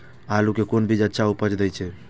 आलू के कोन बीज अच्छा उपज दे छे?